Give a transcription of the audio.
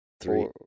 three